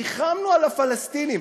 ריחמנו על הפלסטינים.